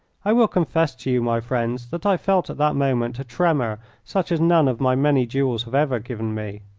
i will confess to you, my friends, that i felt at that moment a tremor such as none of my many duels have ever given me.